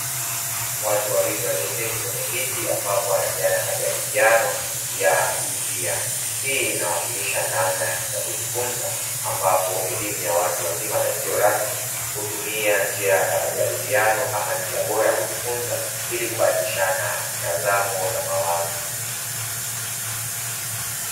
Watu wawili walioketi kwenye viti ambapo wanaendelea na majadiliano ya Biblia. Hii inawakilisha namna ya kujifunza, ambapo elimu ya watu wazima na isiyo rasmi hutumia njia ya majadiliano kama njia bora ya kujifunza ili kubadilishana mtazamo na mawazo.